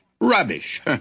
rubbish